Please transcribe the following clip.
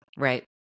Right